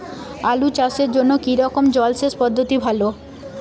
আলু চাষের জন্য কী রকম জলসেচ পদ্ধতি ভালো?